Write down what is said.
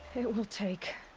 it will take.